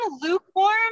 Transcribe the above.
lukewarm